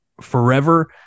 forever